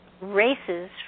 races